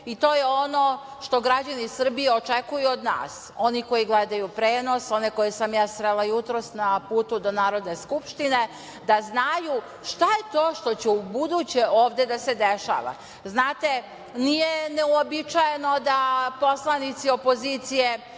i to je ono što građani Srbije očekuju od nas, oni koji gledaju prenos, oni koje sam ja srela jutros na putu do Narodne skupštine, da znaju šta je to što će ubuduće ovde da se dešava. Znate, nije neuobičajeno da poslanici opozicije